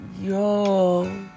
Yo